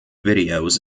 videos